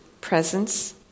presence